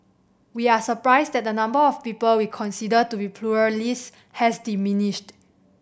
we are surprised that the number of people we consider to be pluralists has diminished